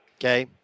okay